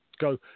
Go